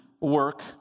work